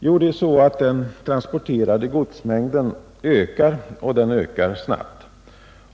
Jo, det är så att den transporterade godsmängden ökar, och den ökar snabbt.